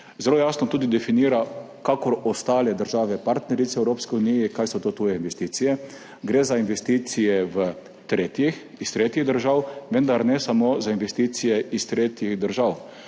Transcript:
Zelo jasno tudi definira, kakor ostale države partnerice Evropske unije, kaj so to tuje investicije. Gre za investicije iz tretjih držav, vendar ne samo za investicije iz tretjih držav.